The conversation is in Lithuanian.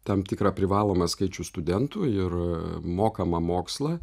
tam tikrą privalomą skaičių studentų ir mokamą mokslą